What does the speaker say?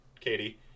Katie